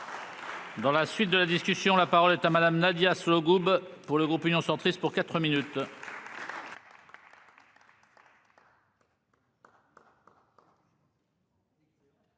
Dans la suite de la discussion, la parole est à madame Nadia Sollogoub pour le groupe Union centriste pour 4 minutes.